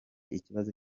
ikibazo